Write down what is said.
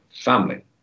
Family